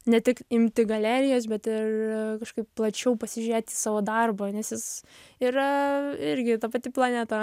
ne tik imti galerijas bet ir kažkaip plačiau pasižiūrėt į savo darbą nes jis yra irgi ta pati planeta